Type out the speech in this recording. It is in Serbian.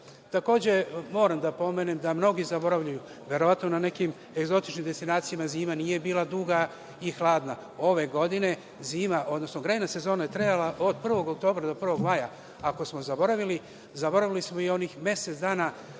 moram da pomenem da mnogi zaboravljaju, verovatno na nekim egzotičnim destinacijama zima nije bila duga i hladna. Ove godine grejna sezona je trajala od 1. oktobra do 1. maja, ako smo zaboravili. Zaboravili smo i onih mesec dana